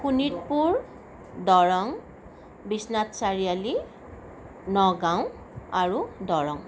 শোণিতপুৰ দৰং বিশ্বনাথ চাৰিআলি নগাওঁ আৰু দৰং